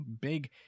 Big